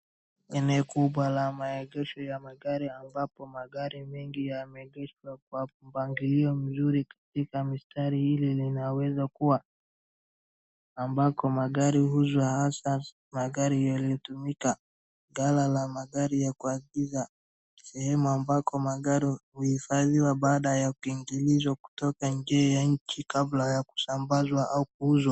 Eneo kubwa la maegesho ya magari ambapo magari mengi yameegeshwa kwa upangilio mzuri katika mistari. Hili linaweza kuwa ambako magari huuzwa hasa magari yaliyotumika. Gala la magari ya kuagiza sehemu ambako magari huhifadhiwa baada ya kuingilizwa kutoka nje ya nchi kabla ya kusambazwa au kuuzwa.